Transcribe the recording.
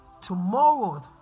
tomorrow